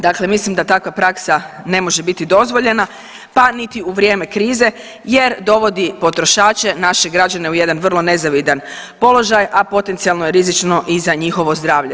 Dakle, mislim da takva praksa ne može biti dozvoljena pa niti u vrijeme krize jer dovodi potrošače, naše građane u jedan vrlo nezavidan položaj, a potencijalno je rizično i za njihovo zdravlje.